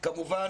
כמובן